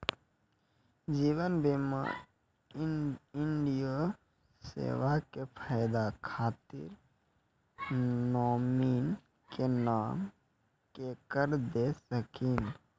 जीवन बीमा इंश्योरेंसबा के फायदा खातिर नोमिनी के नाम केकरा दे सकिनी?